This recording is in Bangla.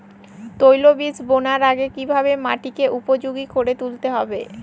তৈলবীজ বোনার আগে কিভাবে মাটিকে উপযোগী করে তুলতে হবে?